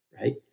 right